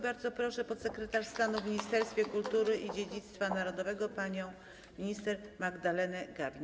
Bardzo proszę, podsekretarz stanu w Ministerstwie Kultury i Dziedzictwa Narodowego panią Magdalenę Gawin.